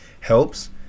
Helps